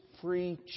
free